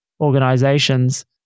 organizations